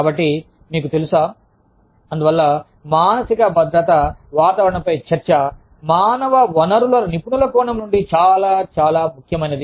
కాబట్టి మీకు తెలుసా అందువల్ల మానసిక భద్రత వాతావరణంపై చర్చ మానవ వనరుల నిపుణుల కోణం నుండి చాలా చాలా ముఖ్యమైనది